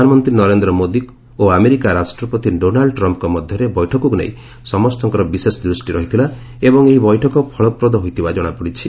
ପ୍ରଧାନମନ୍ତ୍ରୀ ନରେନ୍ଦ୍ର ମୋଦୀ ଓ ଆମେରିକା ରାଷ୍ଟ୍ରପତି ଡୋନାଲ୍ ଟ୍ରମ୍ଫ୍କ ମଧ୍ୟରେ ବୈଠକକୁ ନେଇ ସମସ୍ତଙ୍କର ବିଶେଷ ଦୃଷ୍ଟି ରହିଥିଲା ଏବଂ ଏହି ବୈଠକ ଫଳପ୍ରଦ ହୋଇଥିବା ଜଣାପଡ଼ିଛି